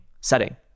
setting